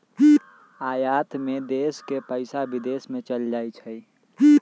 आयात में देश के पइसा विदेश में चल जाइ छइ